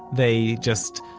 they just,